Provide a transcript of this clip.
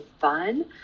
fun